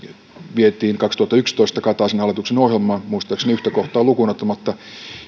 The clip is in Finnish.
vietiin vuonna kaksituhattayksitoista kataisen hallituksen ohjelmaan muistaakseni yhtä kohtaa lukuun ottamatta